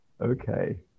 Okay